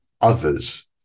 others